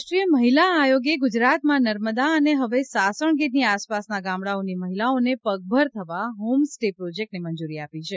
રાષ્ટ્રીય મહિલા આયોગે ગુજરાતમાં નર્મદા અને હવે સાસણ ગીરની આસપાસના ગામડાઓની મહિલાઓને પગભર થવા હોમસ્ટે પ્રોજેક્ટને મંજુરી આપી છે